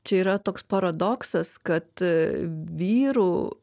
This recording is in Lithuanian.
čia yra toks paradoksas kad a vyrų